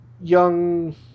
young